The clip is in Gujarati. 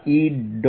E